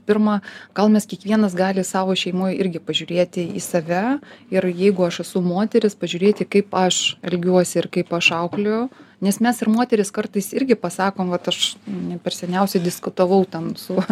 pirma gal mes kiekvienas gali savo šeimoj irgi pažiūrėti į save ir jeigu aš esu moteris pažiūrėti kaip aš elgiuosi ir kaip aš auklėju nes mes ir moterys kartais irgi pasakom vat aš ne per seniausiai diskutavau ten su